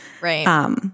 Right